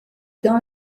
dans